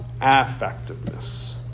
Affectiveness